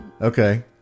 okay